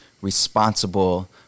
responsible